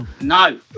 No